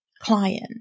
client